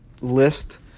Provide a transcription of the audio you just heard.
list